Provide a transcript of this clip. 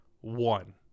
One